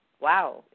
wow